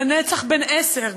לנצח בן עשר,